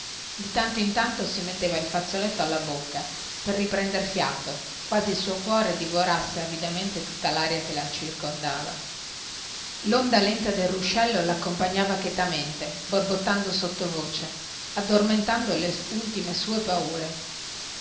di tanto in tanto si metteva il fazzoletto alla bocca per riprender fiato quasi il suo cuore divorasse avidamente tutta laria che la circondava londa lenta del ruscello laccompagnava chetamente borbottando sottovoce addormentando le ultime sue paure